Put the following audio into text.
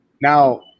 Now